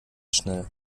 schnell